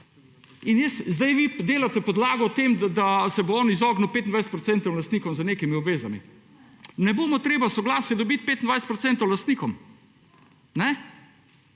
In zdaj vi delate podlago tem, da se bo on izognil 25 % lastnikom z nekimi obvezami. Ne bo mu treba soglasja dobiti 25 % lastnikom. To